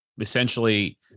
essentially